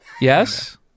yes